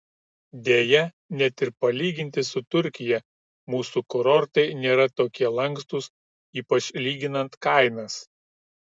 deja net ir palyginti su turkija mūsų kurortai nėra tokie lankstūs ypač lyginant kainas